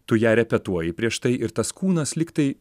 tu ją repetuoji prieš tai ir tas kūnas lyg tai